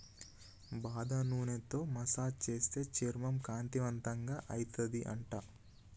బాదం నూనెతో మసాజ్ చేస్తే చర్మం కాంతివంతంగా అయితది అంట